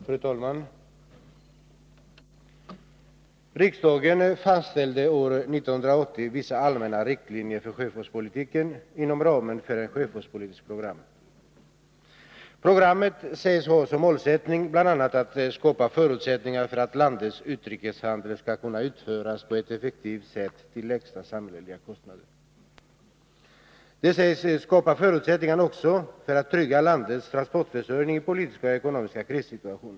Fru talman! Riksdagen fastställde år 1980 vissa allmänna riktlinjer för sjöfartspolitiken inom ramen för ett sjöfartspolitiskt program. Programmet sägs ha som målsättning att bl.a. skapa förutsättningar för att landets utrikeshandel skall kunna bedrivas på ett effektivt sätt till lägsta kostnad för samhället. Det sägs också skapa förutsättningar för att man skall kunna trygga landets transportförsörjning i politiska och ekonomiska krissituationer.